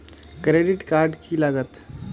Credit card की लागत?